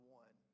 one